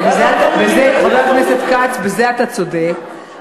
חבר הכנסת כץ, בזה אתה צודק.